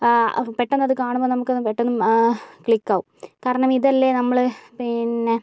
പെട്ടന്നത് കാണുമ്പോൾ നമുക്കത് പെട്ടന്നത് പെട്ടന്ന് ക്ലിക്കാകും കാരണം ഇതല്ലേ നമ്മള് പിന്നെ